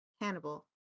Hannibal